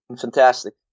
fantastic